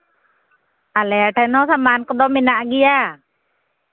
ᱟᱞᱮ ᱴᱷᱮᱱ ᱦᱚᱸ ᱥᱟᱢᱟᱱ ᱠᱚᱫᱚ ᱢᱮᱱᱟᱜ ᱜᱮᱭᱟ